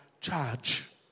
charge